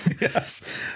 yes